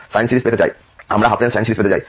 উদাহরণস্বরূপ আমরা half range sine series পেতে চাই